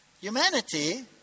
Humanity